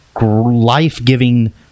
life-giving